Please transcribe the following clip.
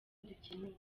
dukeneye